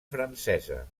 francesa